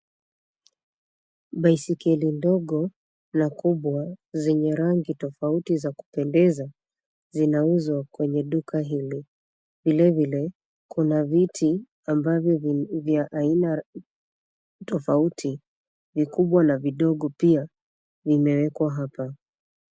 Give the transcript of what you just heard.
Baiskeli ndogo na kubwa zenye rangi tofauti za kupendeza zinauzwa kwenye duka hili. Vilevile, kuna viti ambavyo vya aina tofauti, vikubwa na vidogo pia vimewekwa hapa.